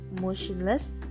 motionless